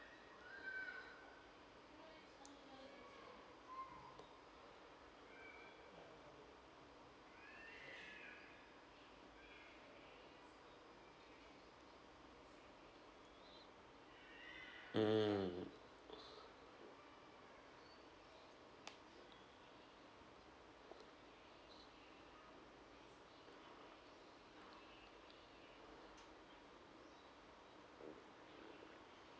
mm